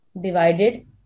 divided